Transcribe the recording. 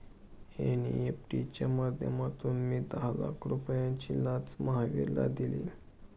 NEFT च्या माध्यमातून मी दहा लाख रुपयांची लाच महावीरला दिली